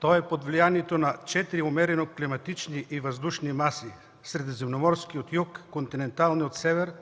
То е под влиянието на четири умерено климатични и въздушни маси: средиземноморски от юг, континентални от север,